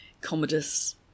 Commodus